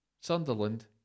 Sunderland